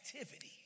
activity